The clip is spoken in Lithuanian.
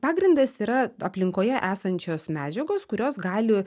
pagrindas yra aplinkoje esančios medžiagos kurios gali